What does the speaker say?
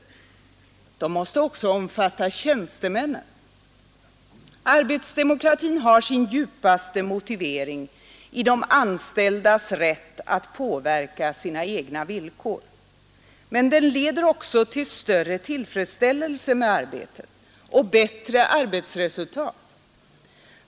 De måste också omfatta tjänstemännen. Styrelserepresenta Arbetsdemokratin har sin djupaste motivering i de anställdas rätt att tion för de an påverka sina egna villkor. Men den leder också till större tillfredsställelse ställda i med arbetet och bättre arbetsresultat.